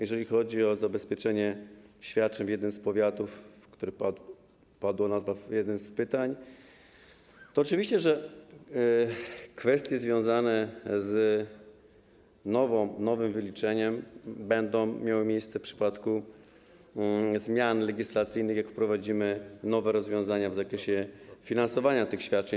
Jeżeli chodzi o zabezpieczenie świadczeń w jednym z powiatów, którego nazwa padła w jednym z pytań, to oczywiście kwestie związane z nowym wyliczeniem będą miały miejsce w przypadku zmian legislacyjnych, jak wprowadzimy nowe rozwiązania w zakresie finansowania świadczeń.